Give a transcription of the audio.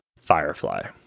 Firefly